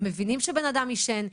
מבינים שהאדם עישן,